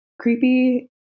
creepy